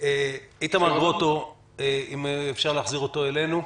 איתמר גרוטו, אם אפשר להחזיר אותו אלינו.